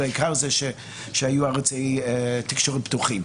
והעיקר זה שהיו ערוצי תקשורת פתוחים.